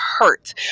hurt